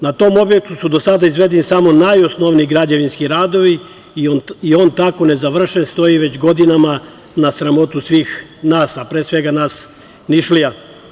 Na tom objektu su do sada izvedeni samo najosnovniji građevinski radovi i on tako nezavršen stoji već godinama, na sramotu svih nas, a pre svega nas Nišlija.